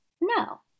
no